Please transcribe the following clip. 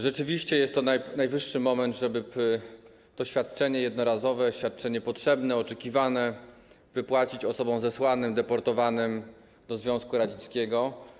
Rzeczywiście to najwyższy czas, żeby to świadczenie jednorazowe, świadczenie potrzebne, oczekiwane wypłacić osobom zesłanym, deportowanym do Związku Radzieckiego.